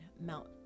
Mount